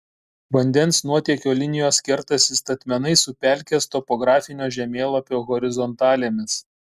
vandens nuotėkio linijos kertasi statmenai su pelkės topografinio žemėlapio horizontalėmis